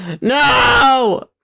No